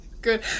Good